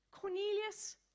Cornelius